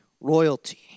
royalty